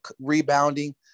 rebounding